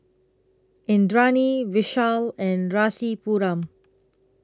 Indranee Vishal and Rasipuram